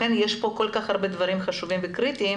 יש כאן כל כך הרבה דברים חשובים וקריטיים